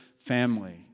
family